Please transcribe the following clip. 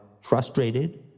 frustrated